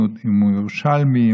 אם הוא ירושלמי,